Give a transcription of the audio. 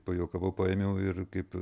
pajuokavau paėmiau ir kaip